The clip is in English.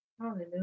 Hallelujah